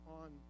on